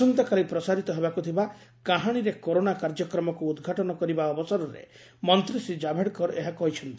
ଆସନ୍ତାକାଲି ପ୍ରସାରିତ ହେବାକୁ ଥିବା 'କାହାଶୀରେ କରୋନା' କାର୍ଯ୍ୟକ୍ରମକୁ ଉଦ୍ଘାଟନ କରିବା ଅବସରରେ ମନ୍ତୀ ଶ୍ରୀ ଜାଭଡେକର ଏହା କହିଛନ୍ତି